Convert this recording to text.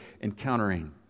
encountering